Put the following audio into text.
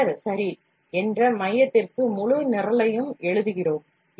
cutter சரி என்ற மையத்திற்கு முழு நிரலையும் எழுதுகிறோம்